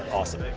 awesome.